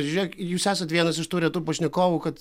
žiūrėk jūs esate vienas iš tų retų pašnekovų kad